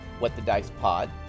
whatthedicepod